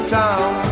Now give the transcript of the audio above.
town